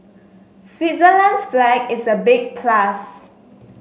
Switzerland's flag is a big plus